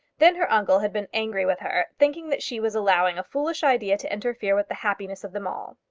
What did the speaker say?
then her uncle had been angry with her, thinking that she was allowing a foolish idea to interfere with the happiness of them all.